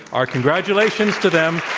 our congratulations to them.